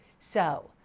so,